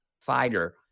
fighter